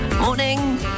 Morning